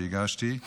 שהגשתי.